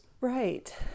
Right